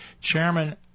Chairman